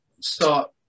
start